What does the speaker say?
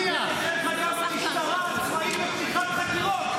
--- המשטרה עצמאית בפתיחת חקירות.